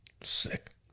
Sick